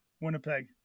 winnipeg